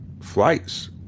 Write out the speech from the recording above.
flights